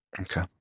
Okay